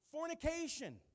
fornication